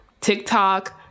TikTok